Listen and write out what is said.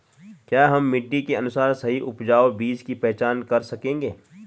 क्या हम मिट्टी के अनुसार सही उपजाऊ बीज की पहचान कर सकेंगे?